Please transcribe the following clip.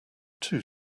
too